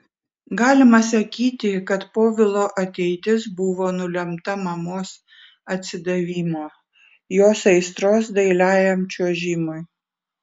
galima sakyti kad povilo ateitis buvo nulemta mamos atsidavimo jos aistros dailiajam čiuožimui